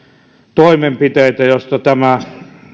toimenpiteitä joista tämä